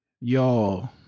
Y'all